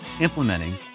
implementing